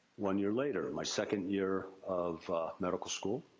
one year later, my second year of medical school.